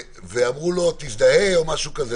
ואמרו לו: תזדהה או משהו כזה.